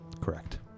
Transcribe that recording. Correct